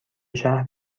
شهر